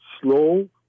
slow